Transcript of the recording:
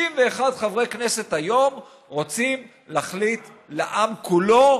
61 חברי כנסת היום רוצים להחליט לעם כולו,